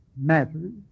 matters